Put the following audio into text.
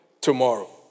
tomorrow